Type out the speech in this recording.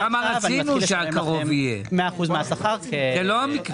מעכשיו אני מתחיל לתת לכם 100% מהשכר כעצמאי.